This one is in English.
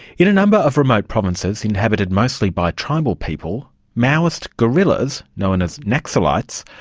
in a number of remote provinces inhabited mostly by tribal people, maoist guerrillas, known as naxalites,